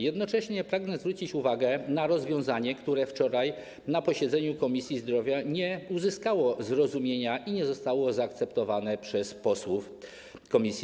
Jednocześnie pragnę zwrócić uwagę na rozwiązanie, które na wczorajszym posiedzeniu Komisji Zdrowia nie uzyskało zrozumienia i nie zostało zaakceptowane przez posłów tej komisji.